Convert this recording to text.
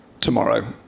tomorrow